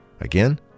Again